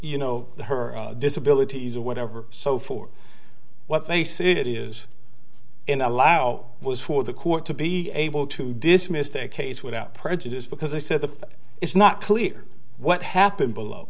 you know her disability or whatever so for what they say it is in allow was for the court to be able to dismissed a case without prejudice because they said that it's not clear what happened below